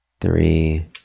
Three